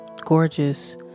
gorgeous